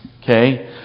Okay